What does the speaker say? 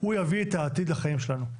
הוא יביא את העתיד לחיים שלנו.